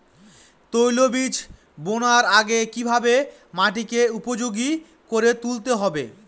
তৈলবীজ বোনার আগে কিভাবে মাটিকে উপযোগী করে তুলতে হবে?